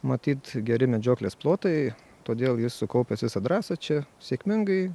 matyt geri medžioklės plotai todėl jis sukaupęs visą drąsą čia sėkmingai